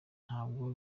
ntabwo